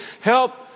Help